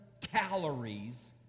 calories